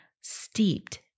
steeped